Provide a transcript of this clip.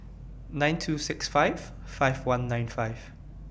nine two six five five one nine five